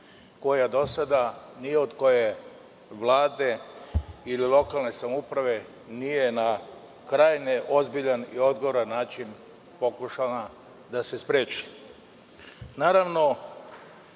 koja do sada nije, ni od koje vlade ili lokalne samouprave, na krajnje ozbiljan i odgovoran način pokušana da se spreči. Naravno,